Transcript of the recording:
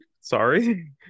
Sorry